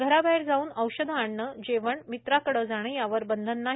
घराबाहेर जावून औषधे आणणे जेवण मित्राकडे जाणे यावर बंधन नाही